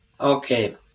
Okay